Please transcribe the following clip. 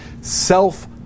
self